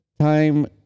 time